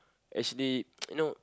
actually you know